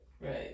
right